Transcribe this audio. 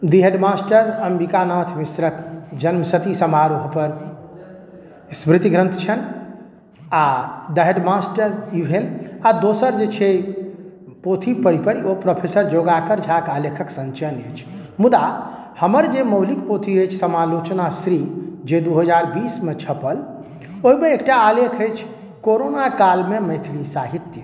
दी headmaster Ambika Nath मिश्रक जन्मशती समारोह पर स्मृति ग्रन्थ छनि आ द हेडमास्टर ई भेल आ दोसर जे छै पोथी पढ़ी पढ़ी ओ प्रोफेसर जोगाकर झाके आलेखक सञ्चयन अछि मुदा हमर जे मौलिक पोथी अछि समलोचना श्री जे दू हजार बीसमे छपल ओहिमे एकटा आलेख अछि कोरोना कालमे मैथिली साहित्य